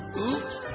Oops